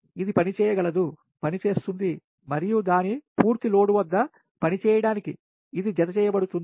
ఇది పనిచేయగలదు పనిచేస్తుంది మరియు దాని పూర్తి లోడ్ వద్ద పనిచేయడానికి ఇది జతచేయబడుతుంది